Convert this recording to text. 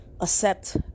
accept